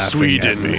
Sweden